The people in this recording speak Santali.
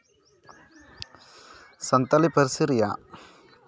ᱥᱟᱱᱛᱟᱞᱤ ᱯᱟᱹᱨᱥᱤ ᱨᱮᱭᱟᱜ